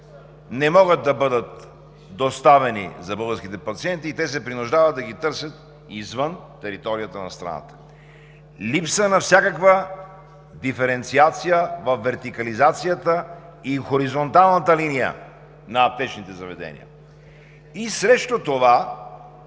не могат да бъдат доставени за българските пациенти и те се принуждават да ги търсят извън територията на страната. Липса на всякаква диференциация във вертикализацията и хоризонталната линия на аптечните заведения. И срещу това